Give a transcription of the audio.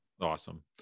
Awesome